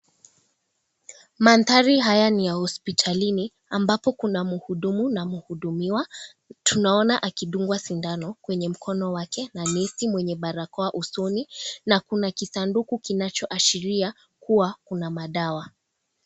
Manthari haya ni ya hospitalini ambapo kuna mhudumu na mhudumiwa. Tunaona akidungwa sindano kwenye mono wake na nesi mwenye barakoa usoni, na kuna kisanduku kinacho ashiria kuwa kuna madawa.